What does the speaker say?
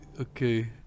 okay